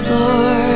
Lord